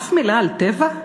אף מילה על "טבע"?